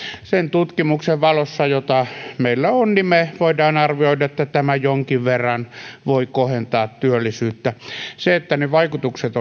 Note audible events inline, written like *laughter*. sen tutkimuksen valossa jota meillä on me voimme arvioida että tämä jonkin verran voi kohentaa työllisyyttä se että ne vaikutukset *unintelligible*